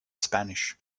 spanish